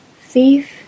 thief